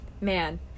Man